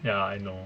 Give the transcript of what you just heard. ya I know